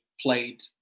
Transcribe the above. played